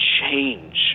change